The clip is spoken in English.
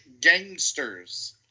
gangsters